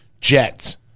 jets